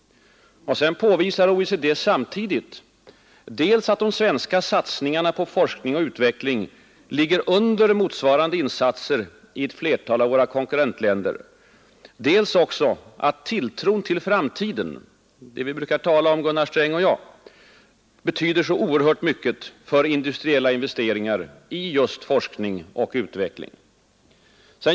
OECD påvisar samtidigt dels att de svenska satsningarna på forskning och utveckling ligger under motsvarande insatser i ett flertal av våra konkurrentländer, dels också att tilltron till framtiden — det vi brukar tala om Gunnar Sträng och jag — betyder så oerhört mycket för industriella investeringar i just forskning och utveckling.